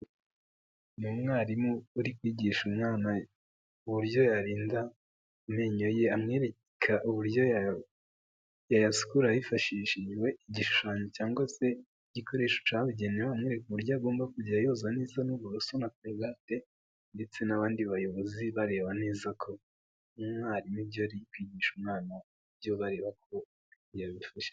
Ni umwarimu uri kwigisha umwana uburyo yarinda amenyo ye amwereka uburyo yayakura hifashishijwe igishushanyo c cyangwa se igikoresho cyabigenewe uburyo agomba kujya yoza neza n'uburoso na korogate ndetse n'abandi bayobozi bareba neza ko umwarimu ibyo kwigisha umwana ibyo bareba ko yabifashe.